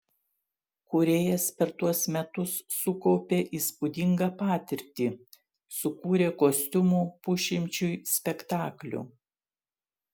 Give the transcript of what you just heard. kūrėjas per tuos metus sukaupė įspūdingą patirtį sukūrė kostiumų pusšimčiui spektaklių